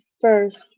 first